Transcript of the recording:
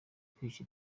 kwica